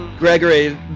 Gregory